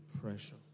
pressure